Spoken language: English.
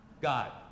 God